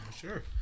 Sure